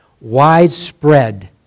widespread